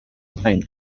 paint